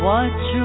Watch